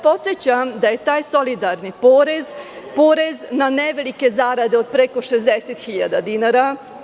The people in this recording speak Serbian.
Podsećam vas da je taj solidarni porez porez na nevelike zarade od preko 60.000 dinara.